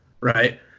right